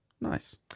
Nice